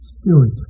spirit